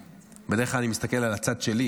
בדרך כלל אני מסתכל על הצד שלי,